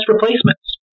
replacements